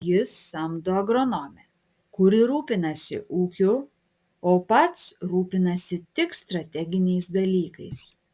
jis samdo agronomę kuri rūpinasi ūkiu o pats rūpinasi tik strateginiais dalykais